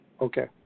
Okay